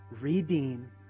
redeem